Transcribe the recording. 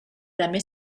també